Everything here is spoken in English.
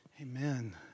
Amen